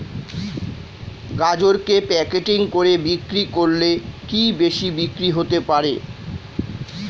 গাজরকে প্যাকেটিং করে বিক্রি করলে কি বেশি বিক্রি হতে পারে?